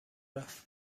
رفت